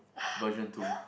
version two